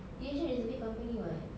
D_H_L is a big company [what]